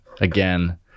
again